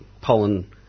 pollen